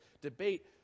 debate